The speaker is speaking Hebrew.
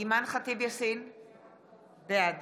בעד